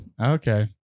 Okay